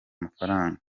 mafaranga